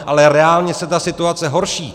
Ale reálně se ta situace horší.